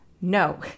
No